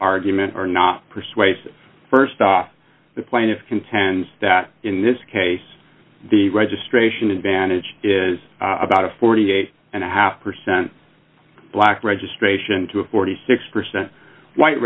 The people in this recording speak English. argument are not persuasive st off the plaintiff contends that in this case the registration advantage is about a forty eight dollars and a half percent black registration to a forty six percent white